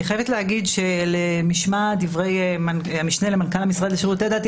אני חייבת להגיד שלמשמע דברי המשנה למנכ"ל המשרד לשירתי דת,